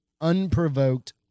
unprovoked